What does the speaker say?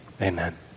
amen